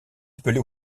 appelé